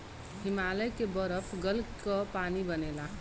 हिमालय के बरफ गल क पानी बनेला